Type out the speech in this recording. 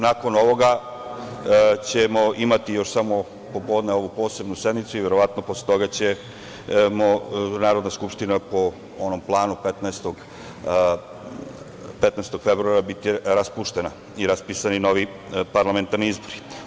Nakon ovoga ćemo imati još samo posle podne ovu Posebnu sednicu i verovatno će posle toga Naroda skupština, po onom planu, 15. februara biti raspuštena i raspisani novi parlamentarni izbori.